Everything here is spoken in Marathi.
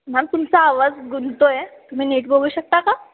मॅम तुमचा आवाज गुनतोय तुम्ही नीट बोलू शकता का